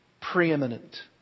preeminent